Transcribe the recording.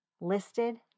listed